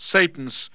Satan's